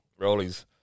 rollies